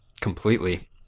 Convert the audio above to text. completely